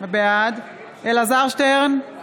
בעד אלעזר שטרן,